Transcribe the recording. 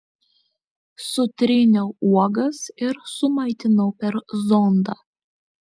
sutryniau uogas ir sumaitinau per zondą